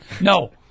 No